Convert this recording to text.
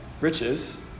riches